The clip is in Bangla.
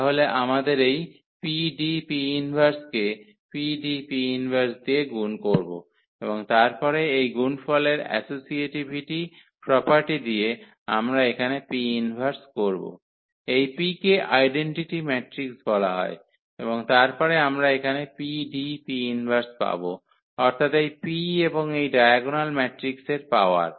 তাহলে আমাদের এই 𝑃D𝑃−1 কে 𝑃D𝑃−1 দিয়ে গুন করব এবং তারপরে এই গুণফলের অ্যাসোসিয়েটিভিটি প্রপার্টি দিয়ে আমরা এখানে P 1 করব এই P কে আইডেন্টিটি ম্যাট্রিক্স বলা হয় এবং তারপরে আমরা এখানে 𝑃D𝑃−1 পাব অর্থাৎ এই P এবং এই ডায়াগোনাল ম্যাট্রিক্সের পাওয়ার